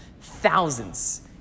thousands